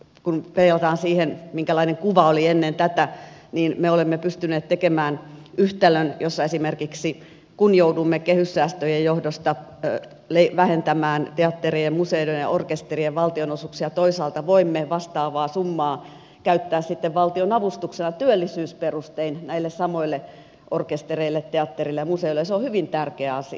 kun peilataan siihen minkälainen kuva oli ennen tätä me olemme pystyneet tekemään yhtälön jossa esimerkiksi kun joudumme kehyssäästöjen johdosta vähentämään teatterien museoiden ja orkesterien valtionosuuksia toisaalta voimme vastaavaa summaa käyttää sitten valtionavustuksena työllisyysperustein näille samoille orkestereille teattereille ja museoille ja se on hyvin tärkeä asia